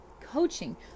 coaching